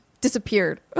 disappeared